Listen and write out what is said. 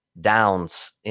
downs